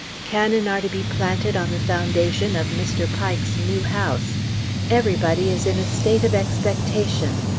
cannon are to be planted on the foundation of mr. pike's new house everybody is in a state of expectation.